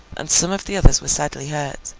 and some of the others were sadly hurt.